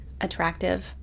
attractive